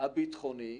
הביטחוני,